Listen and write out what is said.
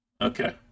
Okay